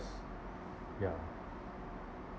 s~ ya